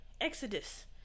Exodus